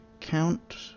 count